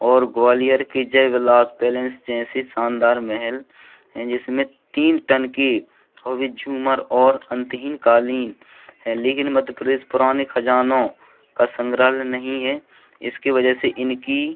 और ग्वालियर के जय विलास पेलेंस जैसे शानदार महल हैं जिसमें तीन टन की वो भी झूमर और अंतहीन कालीन है लेकिन मध्य प्रदेश पुराने खजानों का संग्रहालय नहीं है इसके वजह से इनकी